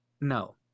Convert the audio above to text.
no